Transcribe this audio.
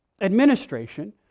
Administration